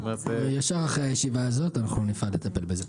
ישר אחרי הישיבה הזאת אנחנו נפעל לטפל בזה.